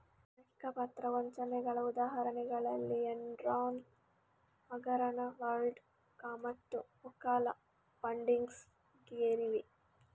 ಲೆಕ್ಕ ಪತ್ರ ವಂಚನೆಗಳ ಉದಾಹರಣೆಗಳಲ್ಲಿ ಎನ್ರಾನ್ ಹಗರಣ, ವರ್ಲ್ಡ್ ಕಾಮ್ಮತ್ತು ಓಕಾಲಾ ಫಂಡಿಂಗ್ಸ್ ಗೇರಿವೆ